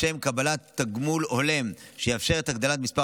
לשם קבלת תגמול הולם שיאפשר את הגדלת מספר